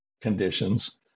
conditions